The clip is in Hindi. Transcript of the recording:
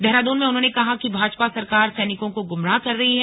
देहरादून में उन्होंने कहा कि भाजपा सरकार सैनिकों को गुमराह कर रही है